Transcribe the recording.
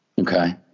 Okay